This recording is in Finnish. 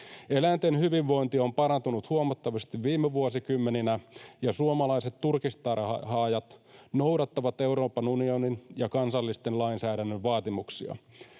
Eläinten hyvinvointi on parantunut huomattavasti viime vuosikymmeninä, ja suomalaiset turkistarhaajat noudattavat Euroopan unionin ja kansallisen lainsäädännön vaatimuksia.